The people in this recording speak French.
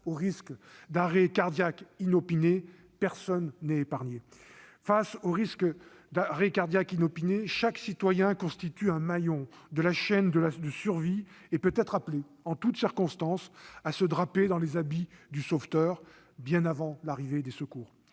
pas négligeable, puisque personne n'est à l'abri du risque d'arrêt cardiaque inopiné ; chaque citoyen constitue un maillon de la chaîne de survie et peut être appelé, en toutes circonstances, à se draper des habits du sauveteur, bien avant l'arrivée des secours.